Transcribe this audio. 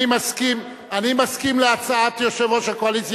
אני מסכים להצעת יושב-ראש הקואליציה,